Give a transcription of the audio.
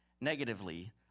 negatively